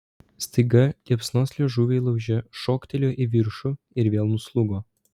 staiga liepsnos liežuviai lauže šoktelėjo į viršų ir vėl nuslūgo